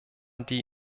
die